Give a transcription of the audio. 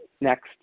next